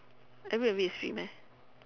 a bit a bit sweet meh